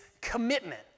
commitment